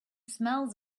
smells